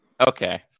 Okay